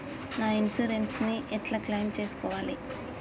నా ఇన్సూరెన్స్ ని ఎట్ల క్లెయిమ్ చేస్కోవాలి?